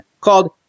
called